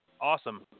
awesome